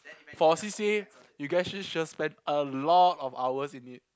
for a C_C_A you guys sure sure spent a lot of hours in it